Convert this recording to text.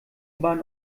bahn